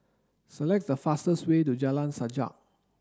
select the fastest way to Jalan Sajak